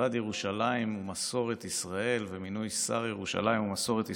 משרד ירושלים ומסורת ישראל ומינוי שר ירושלים ומסורת ישראל,